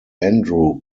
andrew